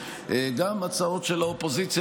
גם הצעות של האופוזיציה,